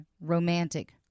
romantic